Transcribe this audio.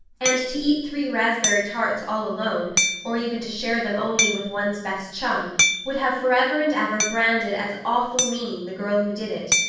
and to eat three raspberry tarts all alone or even to share them only with one's best chum would have forever and ever branded as awful mean the girl who did it.